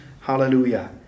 Hallelujah